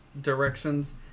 directions